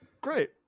Great